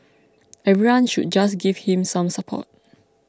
everyone should just give him some support